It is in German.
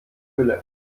gülle